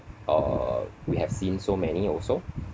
uh we have seen so many also